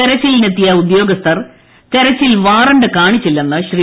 തിരച്ചിലിനെത്തിയ ഉദ്യോഗസ്ഥർ തെരച്ചിൽ വാറണ്ട് കാണിച്ചില്ലെന്ന് ശ്രീ